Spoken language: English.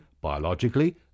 biologically